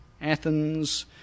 Athens